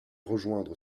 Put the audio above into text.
rejoindre